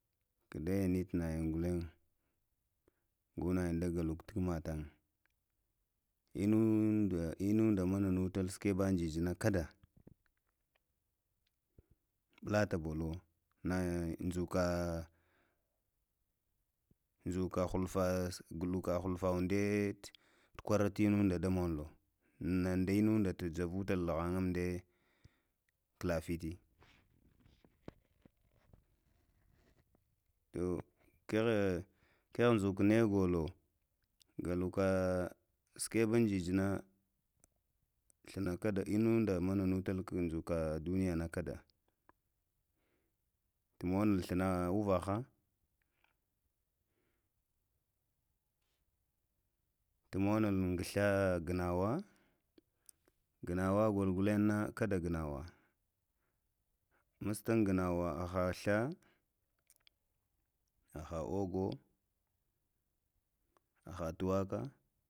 Ku ɗəyiyitə nəyin gol niye go nə yin də goluku əvələtənŋ. Inuŋ tə inun də mənə nutə sukuɓeŋ jəjə nə kəda ɓulətəbolo wo nə dzukə nə dzukə hufə, golukə hulfə unɗiye tukwərə te inunŋ də əmonun do nə də inunŋ də tujəvutəlo lunŋ umdiyə khləfete to kezhe dzukun ne golo, golo kə sakebin jəjə nə ghnə kakə inu ŋŋ də mogo nə mənənətə ə dunəyənə kədə, tumonŋ thlənə uvəvə, tu monŋ thlanə ngsla ghənəwə, ghənəwə golo nə kəɗə ghənəwə mustənŋ ghənəwə əvə keeh sla, hə hə ogo, həhə tuwəkə.